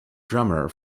drummer